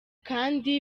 kandi